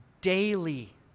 daily